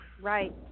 Right